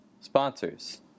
sponsors